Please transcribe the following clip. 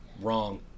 wrong